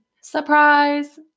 Surprise